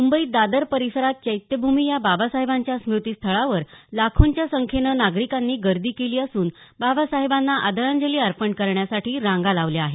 मुंबईत दादर परिसरात चैत्यभूमी या बाबासाहेबांच्या स्मूतिस्थळावर लाखोंच्या संख्येनं नागरिकांनी गर्दी केली असून बाबासाहेबांना आदरांजली अर्पण करण्यासाठी रांगा लावल्या आहेत